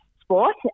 sport